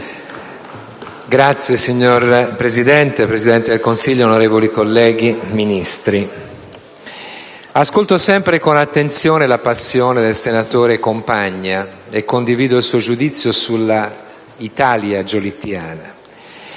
Signor Presidente, signor Presidente del Consiglio, onorevoli colleghi, Ministri, ascolto sempre con attenzione la passione del senatore Compagna e condivido il suo giudizio sull'Italia giolittiana.